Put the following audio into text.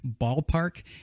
ballpark